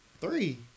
three